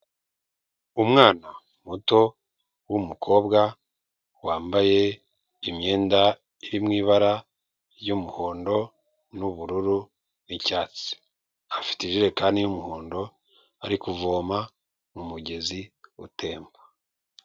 Umwana muto w'umukobwa wambaye imyenda iri mu ibara ry'umuhondo, n'ubururu, n'icyatsi afite ijerekani y'umuhondo ari kuvoma mu mugezi utemba.